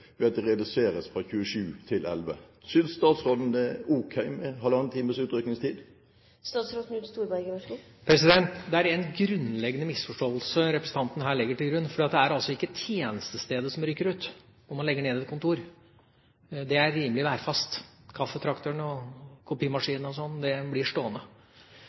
ved at antallet reduseres fra 27 til elleve. Synes statsråden det er ok med halvannen times utrykningstid? Det er en grunnleggende misforståelse representanten her legger til grunn, for det er altså ikke tjenestestedet som rykker ut når man legger ned et kontor. Det er rimelig værfast – kaffetrakteren, kopimaskinen osv. blir stående. Det